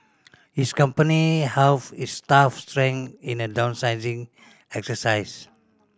his company halved its staff strength in a downsizing exercise